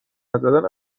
نزدن